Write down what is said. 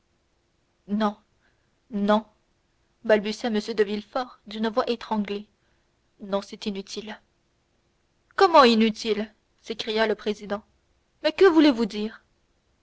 non non balbutia m de villefort d'une voix étranglée non c'est inutile comment inutile s'écria le président mais que voulez-vous dire